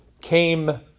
came